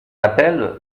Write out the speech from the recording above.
appelle